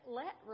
let